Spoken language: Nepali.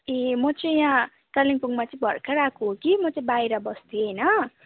ए म चाहिँ यहाँ कालिम्पोङमा चाहिँ भर्खर आएको हो कि म चाहिँ बाहिर बस्थेँ होइन